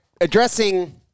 addressing